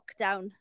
lockdown